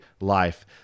life